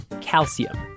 Calcium